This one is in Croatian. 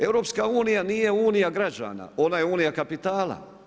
EU nije Unija građana, ona je Unija kapitala.